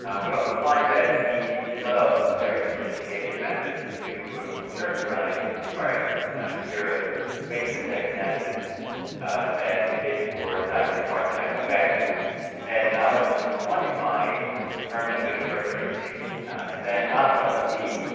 we also find that we developed very sophisticated methods to characterize environments here ah space index analysis that we did for a library part that i'll come back to that allow us to quantify environmental characteristics. and then last but not least,